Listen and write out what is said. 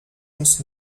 uns